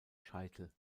scheitel